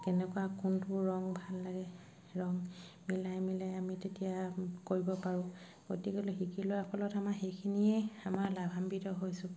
কেনেকুৱা কোনটো ৰং ভাল লাগে ৰং মিলাই মিলাই আমি তেতিয়া কৰিব পাৰোঁ গতিকেলৈ শিকি লোৱাৰ ফলত আমাৰ সেইখিনিয়ে আমাৰ লাভান্বিত হৈছোঁ